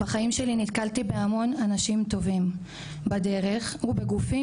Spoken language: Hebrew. בחיים שלי נתקלתי בהמון אנשים טובים בדרך ובגופים,